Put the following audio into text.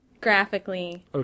graphically